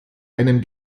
einem